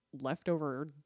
leftover